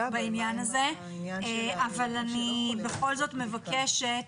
אני בכל זאת מבקשת